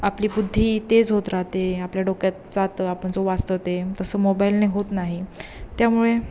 आपली बुद्धी तेज होत राहते आपल्या डोक्यात आपण जो वाचत ते तसं मोबाईलने होत नाही त्यामुळे